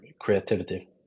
creativity